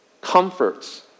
comforts